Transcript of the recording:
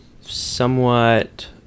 somewhat